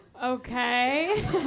Okay